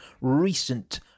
recent